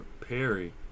Perry